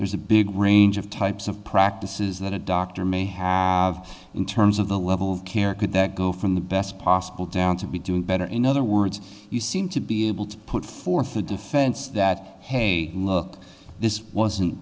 there's a big range of types of practices that a doctor may have in terms of the level of care could that go from the best possible down to be doing better in other words you seem to be able to put forth a defense that hey look this wasn't